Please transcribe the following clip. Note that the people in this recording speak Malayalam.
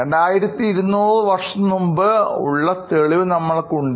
2200 വർഷംമുമ്പ് ഉള്ള തെളിവ് നമ്മൾക്ക് ഉണ്ട്